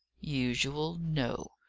usual no!